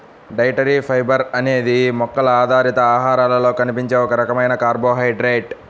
dietary fibre అనేది మొక్కల ఆధారిత ఆహారాలలో కనిపించే ఒక రకమైన కార్బోహైడ్రేట్